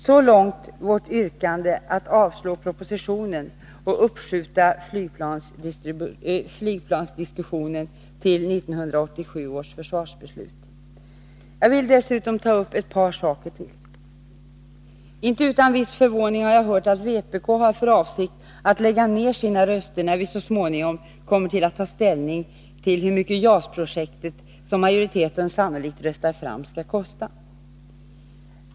Så långt vårt yrkande om att riksdagen skall avslå propositionen och uppskjuta flygplansdiskussionen till 1987 års försvarsbeslut. Dessutom vill jag ta upp ett par andra saker. Inte utan en viss förvåning har jag hört att vpk har för avsikt att lägga ned sina röster, när vi så småningom kommer att ta ställning till hur mycket det JAS-projekt som majoriteten sannolikt röstar fram skall få kosta.